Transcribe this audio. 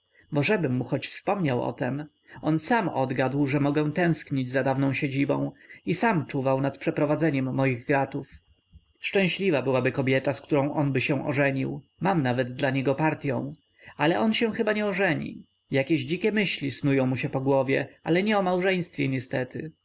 żebym mu choć wspomniał o tem on sam odgadł że mogę tęsknić za dawną siedzibą i sam czuwał nad przeprowadzeniem moich gratów szczęśliwa byłaby kobieta z którąby on się ożenił mam nawet dla niego partyą ale on się chyba nie ożeni jakieś dzikie myśli snują mu się po głowie ale nie o małżeństwie niestety